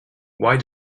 why